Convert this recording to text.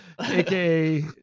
aka